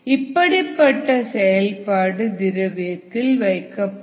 இப்படிப்பட்ட செயல்பாடு திரவியத்தில் வைக்கப்படும்